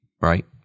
right